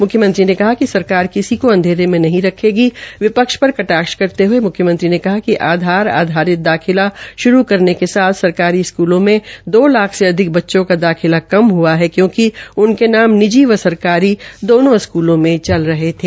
मुख्यमंत्री ने कहा कि सरकार किसी को अंधेरे में नहीं रखेगी विपक्ष पर कटाक्ष करते हये मुख्यमंत्री ने कहा कि आधार आधारित दाखिला श्रू करने के साथ सरकारी स्कूलों में दो लाख से अधिक बच्चों का दाखिला कम हआ है क्योंकि उनके नाम निजी व सरकारी दोनों स्कूलों में चल रहे थे